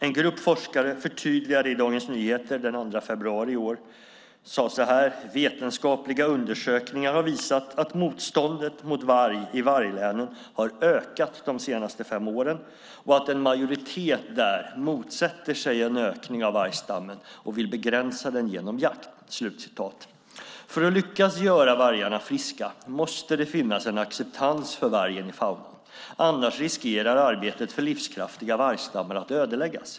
En grupp forskare förtydligade i Dagens Nyheter den 2 februari i år: "Vetenskapliga undersökningar har visat att motståndet mot varg i varglänen har ökat de senaste fem åren, och att en majoritet där motsätter sig en ökning av vargstammen och vill begränsa den genom jakt." För att lyckas göra vargarna friska måste det finnas en acceptans för vargen i faunan. Annars riskerar arbetet för livskraftiga vargstammar att ödeläggas.